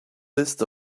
list